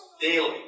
daily